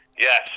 Yes